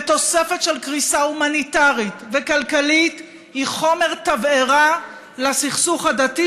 תוספת של קריסה הומניטרית וכלכלית היא חומר תבערה לסכסוך הדתי,